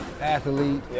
athlete